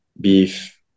beef